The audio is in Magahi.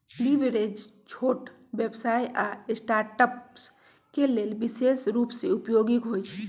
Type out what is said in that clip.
लिवरेज छोट व्यवसाय आऽ स्टार्टअप्स के लेल विशेष रूप से उपयोगी होइ छइ